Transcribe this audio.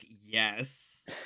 yes